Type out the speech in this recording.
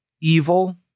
evil